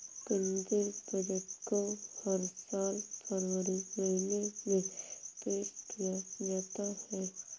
केंद्रीय बजट को हर साल फरवरी महीने में पेश किया जाता है